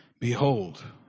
Behold